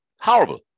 Horrible